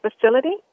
facility